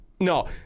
No